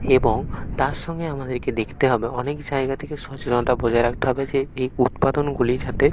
এবং তার সঙ্গে আমাদেরকে দেখতে হবে অনেক জায়গা থেকে স্বচ্ছলতা বজায় রাখতে হবে যে এই উৎপাদনগুলি যাতে